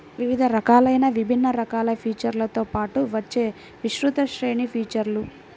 వివిధ రకాలైన విభిన్న రకాల ఫీచర్లతో పాటు వచ్చే విస్తృత శ్రేణి ఫీచర్లు